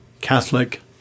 Catholic